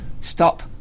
stop